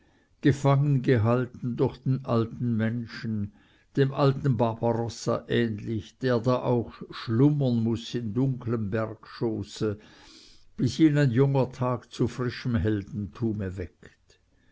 gefangen gehalten durch den alten menschen dem alten barbarossa ähnlich der da auch schlummern muß in dunklem bergesschoße bis ihn ein junger tag zu frischem heldentume weckt